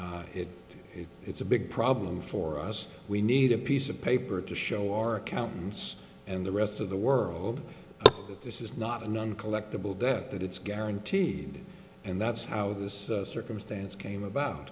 books it it's a big problem for us we need a piece of paper to show our accountants and the rest of the world that this is not a none collectible that it's guaranteed and that's how this circumstance came about